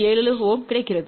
7 Ω கிடைக்கிறது